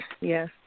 Yes